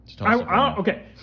Okay